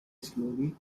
slowly